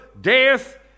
death